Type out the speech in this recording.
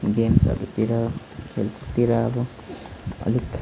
गेम्सहरूतिर खेलकुदतिर अब अलिक